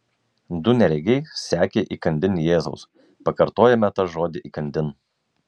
du neregiai sekė įkandin jėzaus pakartojame tą žodį įkandin